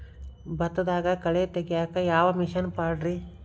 ಭತ್ತದಾಗ ಕಳೆ ತೆಗಿಯಾಕ ಯಾವ ಮಿಷನ್ ಪಾಡ್ರೇ?